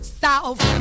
south